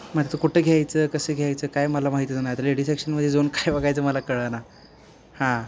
मला तर कुठं घ्यायचं कसं घ्यायचं काही मला माहितीच नाही तर लेडी सेक्शनमध्ये जाऊन काय बघायचं मला कळेना हां